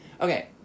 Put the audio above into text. Okay